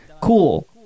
cool